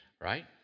right